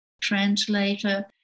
translator